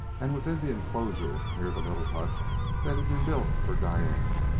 and, within the enclosure, near the little hut that had been built for diane,